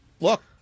look